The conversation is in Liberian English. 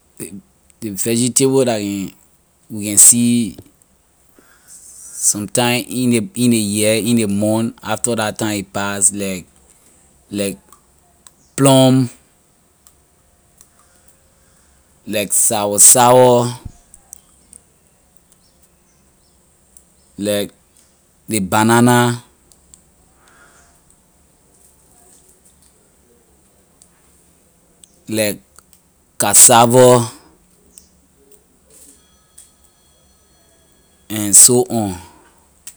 Ley ley vegetable la can we can see sometime in ley in ley year in ley month after la time a pass like like plum like sour sour like ley banana like cassava and so on